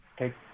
Okay